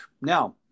now